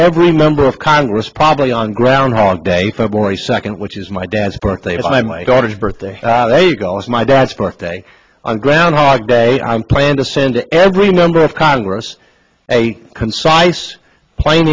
every member of congress probably on groundhog day february second which is my dad's birthday by my daughter's birthday my dad's birthday on groundhog day i plan to send every member of congress a concise plain